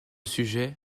sujet